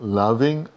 loving